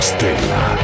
Stella